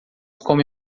come